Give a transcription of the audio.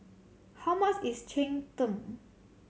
how much is cheng tng